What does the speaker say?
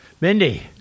Mindy